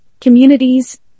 communities